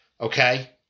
Okay